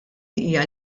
hija